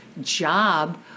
job